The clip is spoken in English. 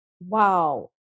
Wow